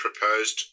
proposed